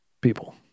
people